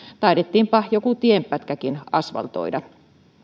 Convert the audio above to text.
taidettiinpa jokin tienpätkäkin asvaltoida